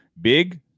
Big